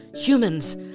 Humans